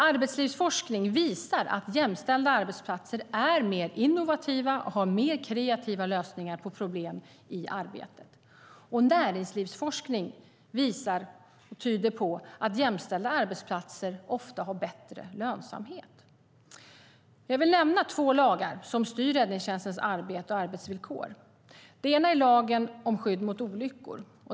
Arbetslivsforskning visar att jämställda arbetsplatser är mer innovativa och har mer kreativa lösningar på problem i arbetet, och näringslivsforskning tyder på att jämställda arbetsplatser ofta har bättre lönsamhet. Jag vill nämna två lagar som styr räddningstjänstens arbete och arbetsvillkor. Det ena är lagen om skydd mot olyckor.